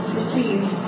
received